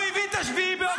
הוא הביא את 7 באוקטובר,